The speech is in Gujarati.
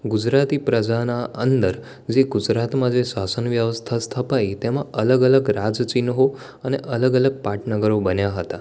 ગુજરાતી પ્રજાના અંદર જે ગુજરાતમાં જે શાસન વ્યવસ્થા સ્થપાઈ તેમાં અલગ અલગ રાજ ચિહ્નો અને અલગ અલગ પાટનગરો બન્યાં હતાં